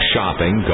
shopping